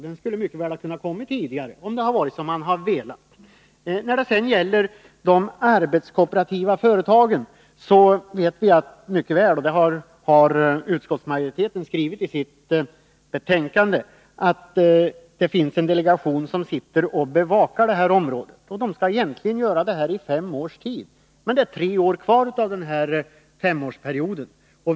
Den skulle mycket väl ha kunnat läggas fram tidigare, om man hade velat. När det gäller de arbetskooperativa företagen vet vi mycket väl — det har också utskottsmajoriteten skrivit i sitt betänkande — att det finns en delegation som bevakar detta område. Den skall egentligen göra det i fem års tid. Det är tre år kvar av denna femårsperiod.